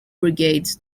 brigades